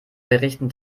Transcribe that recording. berichten